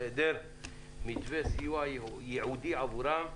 והיעדר מתווה סיוע ייעודי עבורם".